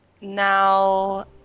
Now